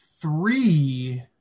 Three